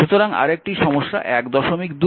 সুতরাং আর একটি সমস্যা 12